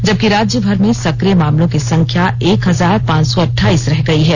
जबकि राज्य भर में सक्रिय मामलों की संख्या एक हजार पांच सौ अठाईस रह गई है